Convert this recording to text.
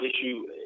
issue